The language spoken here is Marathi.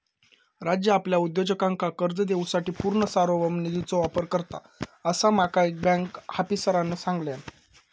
राज्य आपल्या उद्योजकांका कर्ज देवूसाठी पूर्ण सार्वभौम निधीचो वापर करता, असा माका एका बँक आफीसरांन सांगल्यान